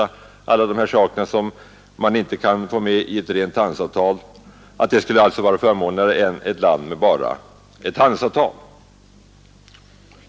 — alla dessa saker som man inte kan få med i ett handelsavtal men som kan ordnas förmånligt för ett land som har medlemskap.